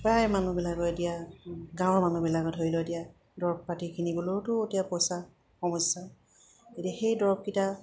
প্ৰায় মানুহবিলাকৰ এতিয়া গাঁৱৰ মানুহবিলাকে ধৰি লওক এতিয়া দৰব পাতি কিনিবলৈওতো এতিয়া পইচা সমস্যা এতিয়া সেই দৰবকেইটা